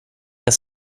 jag